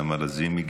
נעמה לזימי,